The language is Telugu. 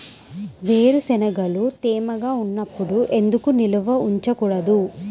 వేరుశనగలు తేమగా ఉన్నప్పుడు ఎందుకు నిల్వ ఉంచకూడదు?